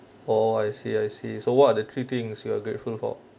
oh I see I see so what are the three things you are grateful for